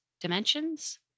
Dimensions